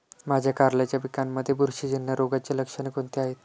माझ्या कारल्याच्या पिकामध्ये बुरशीजन्य रोगाची लक्षणे कोणती आहेत?